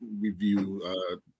review